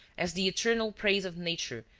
as the eternal praise of nature,